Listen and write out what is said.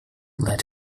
let